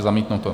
Zamítnuto.